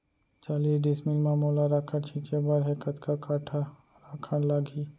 चालीस डिसमिल म मोला राखड़ छिंचे बर हे कतका काठा राखड़ लागही?